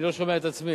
אני לא שומע את עצמי.